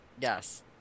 Yes